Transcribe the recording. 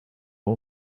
all